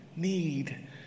Need